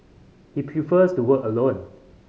he prefers to work alone